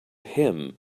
him